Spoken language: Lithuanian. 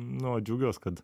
nu va džiugiuos kad